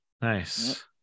nice